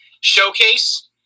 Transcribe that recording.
showcase